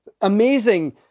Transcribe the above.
amazing